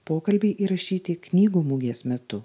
pokalbiai įrašyti knygų mugės metu